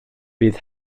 bydd